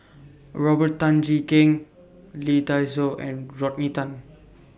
Robert Tan Jee Keng Lee Dai Soh and Rodney Tan